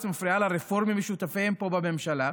מפריעה לרפורמים ושותפיהם פה בממשלה,